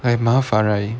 like 麻烦 right